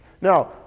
now